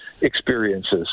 experiences